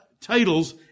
titles